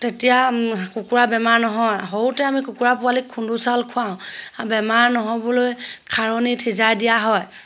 তেতিয়া কুকুৰা বেমাৰ নহয় সৰুতে আমি কুকুৰা পোৱালিক খুন্দু চাউল খুৱাওঁ বেমাৰ নহ'বলৈ খাৰণিত সিজাই দিয়া হয়